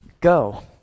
Go